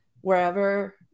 wherever